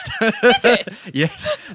Yes